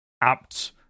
apt